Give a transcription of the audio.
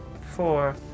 four